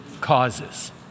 causes